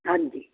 ਹਾਂਜੀ